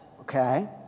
Okay